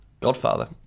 Godfather